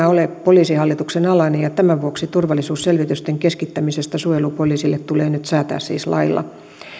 ole poliisihallituksen alainen tämän vuoksi turvallisuusselvitysten keskittämisestä suojelupoliisille tulee nyt säätää siis lailla